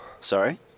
sorry